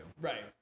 Right